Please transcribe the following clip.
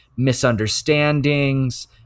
misunderstandings